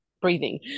breathing